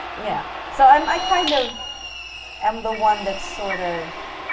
yeah. so i'm i kind of am the one that's sort of.